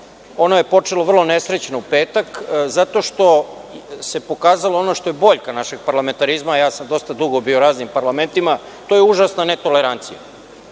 Ono je počelo vrlo nesrećno u petak, zato što se pokazalo ono što je boljka našeg parlamentarizma, a ja sam dosta dugo bio u raznim parlamentima, to je užasna netolerancija. Pošto